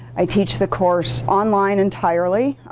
i teach the course online entirely.